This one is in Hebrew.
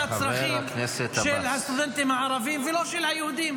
הצרכים של הסטודנטים הערבים ולא של היהודים.